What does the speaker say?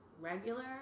regular